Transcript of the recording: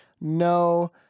No